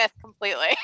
completely